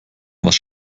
was